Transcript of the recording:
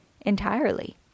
entirely